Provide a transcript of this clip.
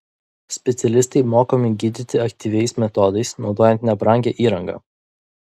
specialistai mokomi gydyti aktyviais metodais naudojant nebrangią įrangą